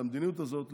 את המדיניות הזאת,